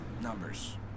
numbers